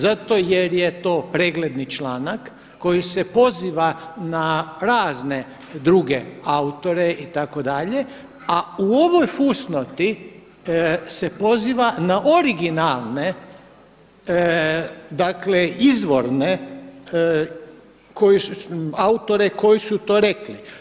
Zato jer je to pregledni članak koji se poziva na razne druge autore itd., a u ovoj fusnoti se poziva na originalne izvorne autore koji su to rekli.